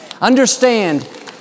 Understand